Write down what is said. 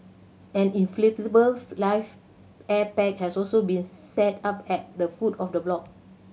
an inflatable life air pack had also been set up at the foot of the block